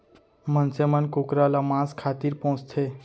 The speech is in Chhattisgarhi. मनसे मन कुकरा ल मांस खातिर पोसथें